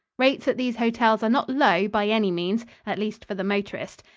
rates at these hotels are not low by any means at least for the motorist.